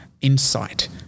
insight